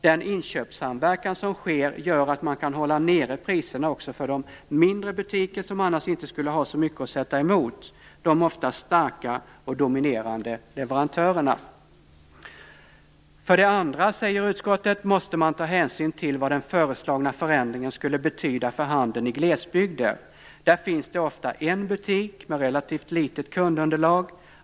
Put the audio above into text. Den inköpssamverkan som sker gör att man kan hålla nere priserna också för de mindre butiker som annars inte skulle ha så mycket att sätta emot de ofta starka och dominerande leverantörerna. För det andra, säger utskottet, måste man ta hänsyn till vad den föreslagna förändringen skulle betyda för handeln i glesbygder. Där finns det ofta en butik, med relativt litet kundunderlag.